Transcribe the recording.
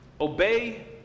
obey